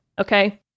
okay